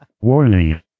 Warning